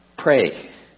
pray